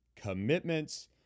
commitments